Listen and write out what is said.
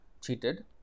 cheated